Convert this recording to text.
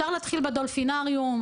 אפשר להתחיל בפיגוע בדולפינריום,